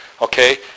okay